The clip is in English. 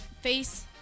face